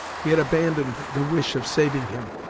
he had abandoned the wish of saving him,